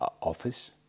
office